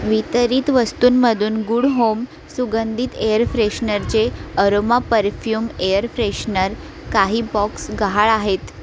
वितरित वस्तूंमधून good home सुगंधित एअर फ्रेशनरचे अरोमा परफ्यूम एअर फ्रेशनर काही बॉक्स गहाळ आहेत